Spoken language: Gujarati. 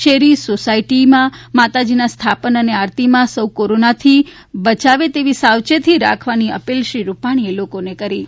શેરી સોસાયટીમાં માતાજીના સ્થાપન અને આરતીમાં સૌ કોરોનાથી બયાવે તેવી સાવચેતી રાખવાની અપીલ શ્રી રૂપાણીએ લોકોને કરી છે